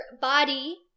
body